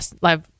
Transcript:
live